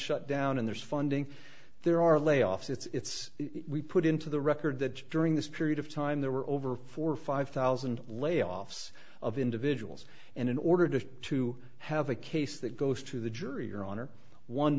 shut down and there's funding there are layoffs it's put into the record that during this period of time there were over four or five thousand layoffs of individuals and in order to to have a case that goes to the jury your honor one